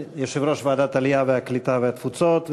יושב-ראש ועדת העלייה, הקליטה והתפוצות.